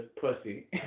pussy